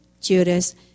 Judas